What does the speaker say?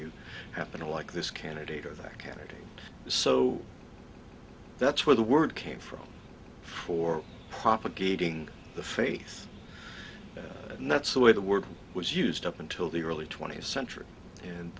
you happen to like this candidate or that candidate so that's where the word came from for propagating the faith and that's the way the word was used up until the early twentieth century and